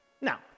Now